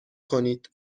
کنید